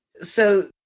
So-